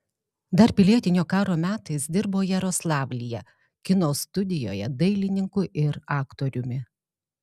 dar pilietinio karo metais dirbo jaroslavlyje kino studijoje dailininku ir aktoriumi